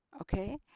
okay